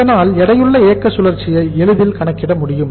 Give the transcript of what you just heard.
இதனால் எடையுள்ள இயக்க சுழற்சியை எளிதில் கணக்கிட முடியும்